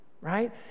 right